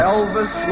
Elvis